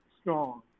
strong